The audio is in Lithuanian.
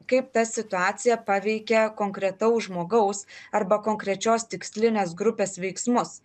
kaip ta situacija paveikia konkretaus žmogaus arba konkrečios tikslinės grupės veiksmus